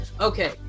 okay